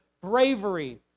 bravery